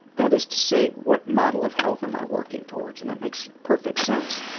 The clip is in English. that is to say what model of health am i working towards. and, that makes perfect sense.